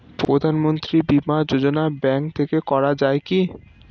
প্রধানমন্ত্রী বিমা যোজনা ব্যাংক থেকে করা যায় কি?